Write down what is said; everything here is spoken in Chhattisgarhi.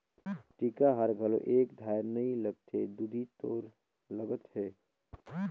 टीका हर घलो एके धार नइ लगथे दुदि तोर लगत हे